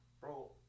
bro